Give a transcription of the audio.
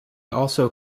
also